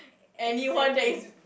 exactly